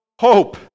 hope